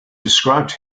described